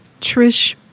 Trish